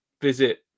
visit